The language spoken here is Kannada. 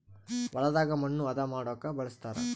ಹೊಲದಾಗ ಮಣ್ಣು ಹದ ಮಾಡೊಕ ಬಳಸ್ತಾರ